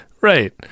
Right